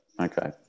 okay